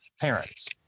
parents